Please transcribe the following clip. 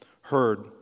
heard